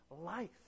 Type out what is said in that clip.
life